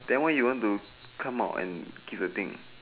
then why you want to come out and give the thing